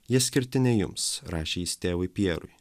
jie skirti ne jums rašė jis tėvui pjerui